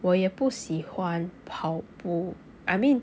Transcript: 我也不喜欢跑步 I mean